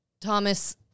Thomas